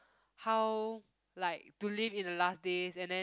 how like to live in the last day and then